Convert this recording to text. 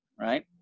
right